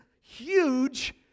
huge